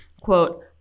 quote